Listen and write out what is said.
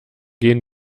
gehen